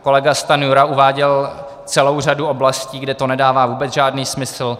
Kolega Stanjura uváděl celou řadu oblastí, kde to nedává vůbec žádný smysl.